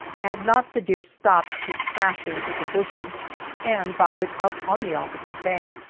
had not the deer stopped his crashing through the bushes and bounded up on the opposite bank,